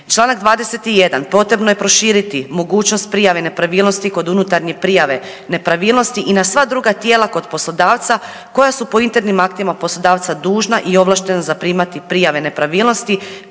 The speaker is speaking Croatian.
Članak 21. potrebno je proširiti mogućnost prijave nepravilnosti kod unutarnje prijave nepravilnosti i na sve druga tijela kod poslodavca koja su po internim aktima poslodavca dužna i ovlaštena zaprimati prijave nepravilnosti,